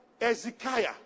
Ezekiah